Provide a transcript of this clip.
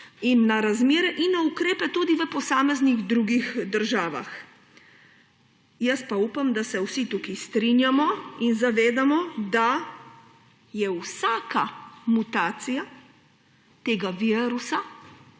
in na razmere in na ukrepe tudi v posameznih drugih državah. Jaz pa upam, da se vsi tukaj strinjamo in zavedamo, da je vsaka mutacija tega virusa